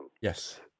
Yes